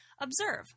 Observe